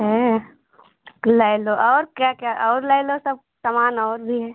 हऍं ले लो और क्या क्या और ले लो सब सामान और भी है